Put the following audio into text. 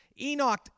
Enoch